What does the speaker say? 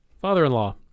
father-in-law